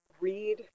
read